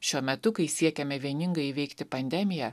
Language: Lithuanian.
šiuo metu kai siekiame vieningai įveikti pandemiją